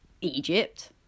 Egypt